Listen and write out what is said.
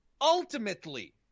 Ultimately